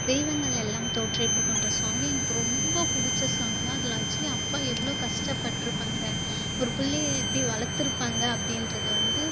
தெய்வங்கள் எல்லாம் தோற்றே போகும்ற சாங் எனக்கு ரொம்ப பிடிச்ச சாங் அதில் அக்ச்சுவல்லி அப்பா எவ்வளோ கஷ்டப்பட்டிருப்பாங்க ஒரு பிள்ளையை எப்படி வளர்த்து இருப்பாங்க அப்படியென்றது வந்து